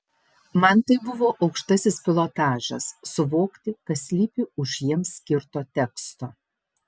man tai buvo aukštasis pilotažas suvokti kas slypi už jiems skirto teksto